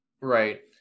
right